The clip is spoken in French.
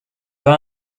pas